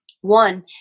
One